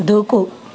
దూకు